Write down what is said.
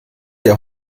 der